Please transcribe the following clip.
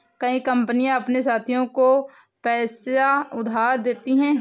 कई कंपनियां अपने साथियों को पैसा उधार देती हैं